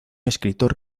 escritor